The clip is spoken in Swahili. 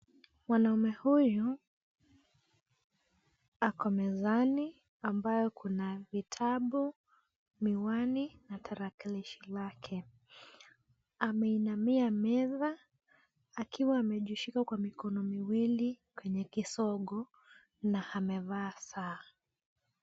Mwanaume huyu ako mezani ambayo kuna vitabu, miwani na tarakilishi lake. Ameinamia meza akiwa amejishika kwa mikono miwili kwenye kisogo na amevaa saa.